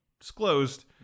disclosed